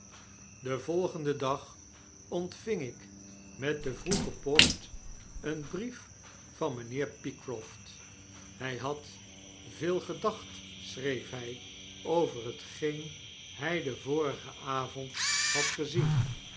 den volgenden dag ontving ik met de vroege post een brief van mynheer pycroft hy had veel gedacht schreef hy over hetgeen hy den vorigen avond had gezien